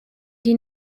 die